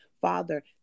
Father